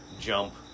jump